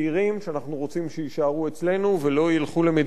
רוצים שיישארו אצלנו ולא ילכו למדינות הים.